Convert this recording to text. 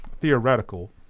theoretical